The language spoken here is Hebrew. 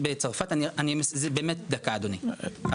ל-2021,